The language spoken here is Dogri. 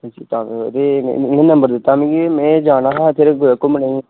तां ते उन्ने नंबर दित्ता हा मिगी मीं जाना हा कुतै घुम्मने गी